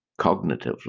cognitively